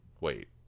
wait